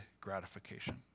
gratification